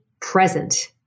present